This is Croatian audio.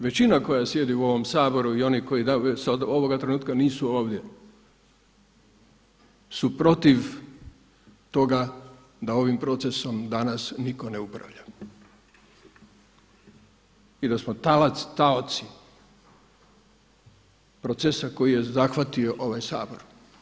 Većina koja sjedi u ovom Saboru i oni koji ovoga trenutka nisu ovdje su protiv toga da ovim procesom danas nitko ne upravlja i da smo talac, taoci procesa koji je zahvatio ovaj Sabor.